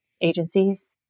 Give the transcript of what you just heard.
agencies